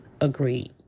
agreed